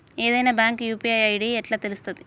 ఏదైనా bank UPI ID ఎట్లా తెలుత్తది?